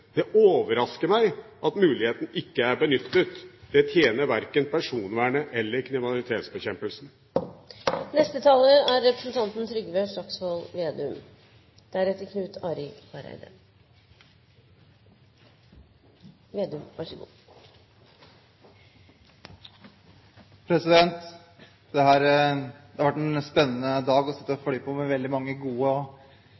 Det overrasker meg at muligheten ikke er benyttet. Det tjener verken personvernet eller kriminalitetsbekjempelsen. Det har vært en spennende dag å sitte og